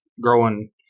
growing